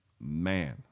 Man